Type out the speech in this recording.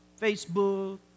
Facebook